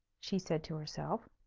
she said to herself.